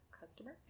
customer